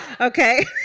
Okay